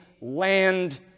land